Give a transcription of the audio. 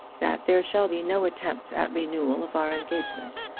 that there shall be no attempt at renewal of our engagement.